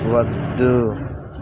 వద్దు